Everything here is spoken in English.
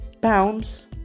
pounds